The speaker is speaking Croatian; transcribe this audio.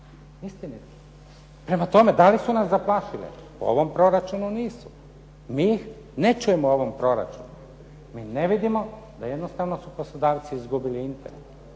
Istinite. Prema tome, da li su nas zaplašile? U ovom proračunu nisu. Mi ih ne čujemo u ovom proračunu. Mi ne vidimo da jednostavno su poslodavci izgubili interes.